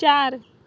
चार